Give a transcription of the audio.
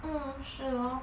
mm 是 lor